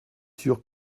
sûr